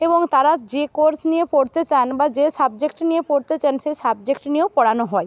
এবং তারা যে কোর্স নিয়ে পড়তে চান বা যে সাবজেক্ট নিয়ে পড়তে চান সে সাবজেক্ট নিয়েও পড়ানো হয়